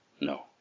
No